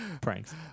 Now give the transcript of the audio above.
Pranks